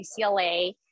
UCLA